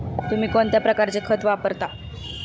तुम्ही कोणत्या प्रकारचे खत वापरता?